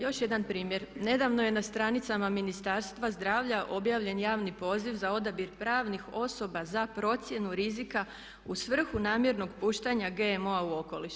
Još jedan primjer, nedavno je na stranicama Ministarstva zdravlja objavljen javni poziv za odabir pravnih osoba za procjenu rizika u svrhu namjernog puštanja GMO-a u okoliš.